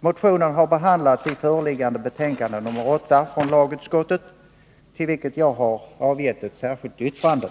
Motionen har behandlats i föreliggande betänkande nr 8, till vilket jag avgivit ett särskilt yttrande.